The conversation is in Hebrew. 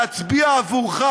להצביע עבורך,